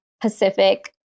Pacific